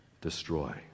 destroy